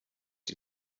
die